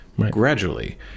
gradually